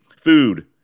food